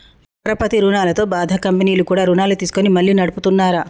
పరపతి రుణాలతో బాధ కంపెనీలు కూడా రుణాలు తీసుకొని మళ్లీ నడుపుతున్నార